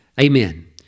Amen